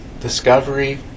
discovery